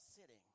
sitting